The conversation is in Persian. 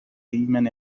ایمن